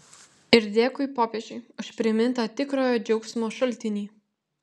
ir dėkui popiežiui už primintą tikrojo džiaugsmo šaltinį